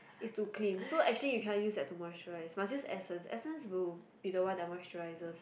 is to clean so actually you cannot use that to moisturize must use essence essence will be the one that moisturizes